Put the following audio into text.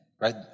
right